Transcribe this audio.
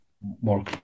more